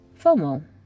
fomo